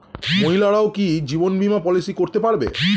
মহিলারাও কি জীবন বীমা পলিসি করতে পারে?